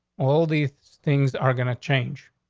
all these things are gonna change.